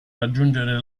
raggiungere